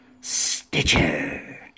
Stitcher